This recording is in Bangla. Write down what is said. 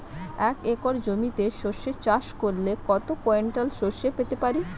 এক একর জমিতে সর্ষে চাষ করলে কত কুইন্টাল সরষে পেতে পারি?